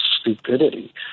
stupidity